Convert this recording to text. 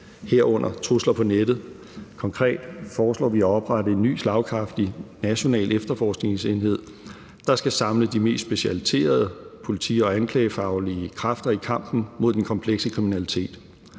herunder trusler på nettet. Konkret foreslår vi at oprette en ny slagkraftig national efterforskningsenhed, der skal samle de mest specialiserede politi- og anklagefaglige kræfter i kampen mod den komplekse kriminalitet.